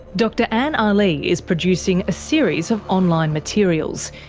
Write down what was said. dr anne ah aly is producing a series of online materials,